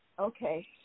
Okay